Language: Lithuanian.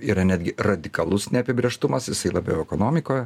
yra netgi radikalus neapibrėžtumas jisai labiau ekonomikoje